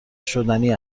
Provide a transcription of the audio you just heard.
شدنی